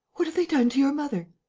what have they done to your mother?